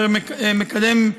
אשר מקדם,